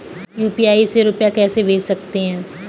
UPI से रुपया कैसे भेज सकते हैं?